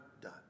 done